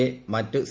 A മറ്റു C